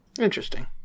Interesting